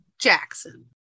Jackson